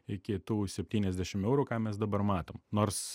iki tų septyniasdešim eurų ką mes dabar matom nors